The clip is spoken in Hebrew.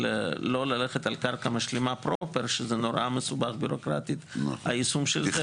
לא ללכת על קרקע משלימה פרופר שזה נורא מסובך ביורוקרטית היישום של זה,